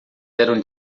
eram